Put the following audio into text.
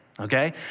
Okay